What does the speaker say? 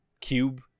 cube